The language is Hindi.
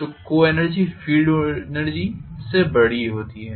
तो को एनर्जी फील्ड एनर्जी से बड़ी होती है